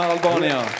Albania